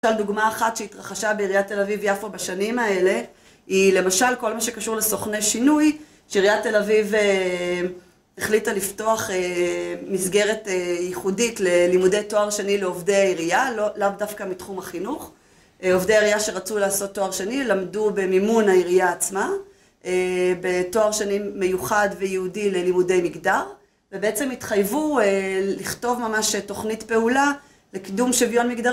למשל, דוגמא אחת שהתרחשה בעיריית תל אביב יפה בשנים האלה היא למשל כל מה שקשור לסוכני שינוי, שעיריית תל אביב החליטה לפתוח מסגרת ייחודית ללימודי תואר שני לעובדי העירייה, לא דווקא מתחום החינוך. עובדי העירייה שרצו לעשות תואר שני, למדו במימון העירייה עצמה, בתואר שני מיוחד ויהודי ללימודי מגדר, ובעצם התחייבו לכתוב ממש תוכנית פעולה לקידום שוויון מגדרי,